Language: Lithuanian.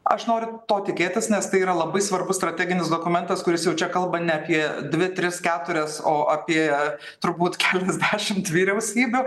aš noriu to tikėtis nes tai yra labai svarbus strateginis dokumentas kuris jau čia kalba ne apie dvi tris keturias o apie turbūt keliasdešimt vyriausybių